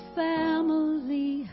family